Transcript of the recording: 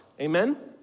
Amen